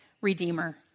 redeemer